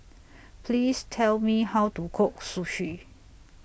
Please Tell Me How to Cook Sushi